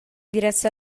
diresse